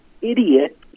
idiot